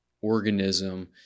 organism